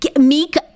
Meek